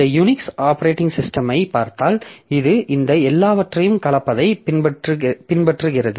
இந்த Unix operating சிஸ்டமைப் பார்த்தால் இது இந்த எல்லாவற்றையும் கலப்பதைப் பின்பற்றுகிறது